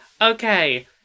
Okay